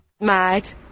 Mad